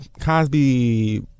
Cosby